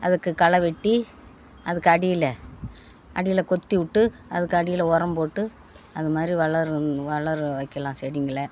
அதுக்கு களைவெட்டி அதுக்கு அடியில் அடியில் கொத்திவிட்டு அதுக்கு அடியில் உரம் போட்டு அந்தமாதிரி வளரும் வளர வைக்கலாம் செடிங்களை